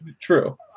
True